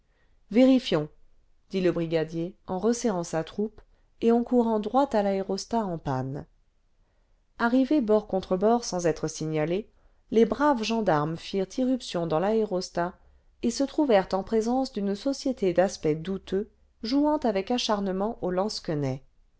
dit le brigadier en resserrant sa troupe et en courant droit àl'aréostat en panne arrivés bord contre bord sans être signalés les braves gendarmes firent irruption dans l'aérostat et se trouvèrent en présence d'une société d'aspect douteux jouant avec acharnement au